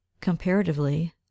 comparatively